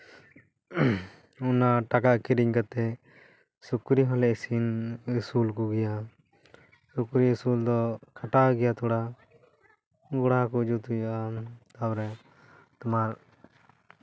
ᱚᱱᱟ ᱴᱟᱠᱟ ᱠᱤᱨᱤᱧ ᱠᱟᱛᱮᱜ ᱥᱩᱠᱨᱤ ᱦᱚᱸᱞᱮ ᱟᱹᱥᱩᱞ ᱠᱚᱜᱮᱭᱟ ᱥᱩᱠᱨᱤ ᱟᱹᱥᱩᱞ ᱫᱚ ᱠᱷᱟᱴᱟᱣ ᱜᱮᱭᱟ ᱛᱷᱚᱲᱟ ᱜᱚᱲᱟ ᱠᱚ ᱡᱩᱛ ᱦᱩᱭᱩᱜᱼᱟ ᱛᱟᱨᱯᱚᱨᱮ ᱛᱳᱢᱟᱨ